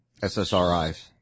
SSRIs